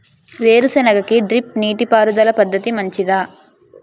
వేరుసెనగ కి డ్రిప్ నీటిపారుదల పద్ధతి మంచిదా?